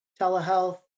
telehealth